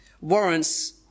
warrants